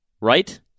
Right